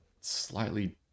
slightly